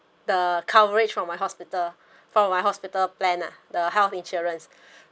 the coverage from my hospital for my hospital plan lah the health insurance